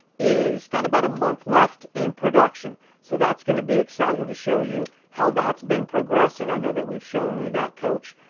is, got about a month left in production. so that's gonna be exciting to show you, how that's been progressing. i know that we've shown you that coach,